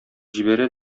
җибәрә